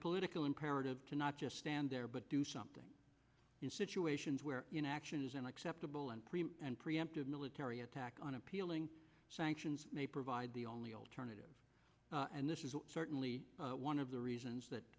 political imperative to not just stand there but do something in situations where action isn't acceptable and preemptive military attack on appealing sanctions may provide the only alternative and this is certainly one of the reasons that